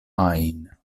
ajn